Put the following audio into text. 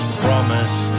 promise